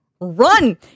Run